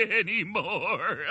anymore